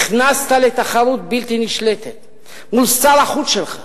נכנסת לתחרות בלתי נשלטת מול שר החוץ שלך,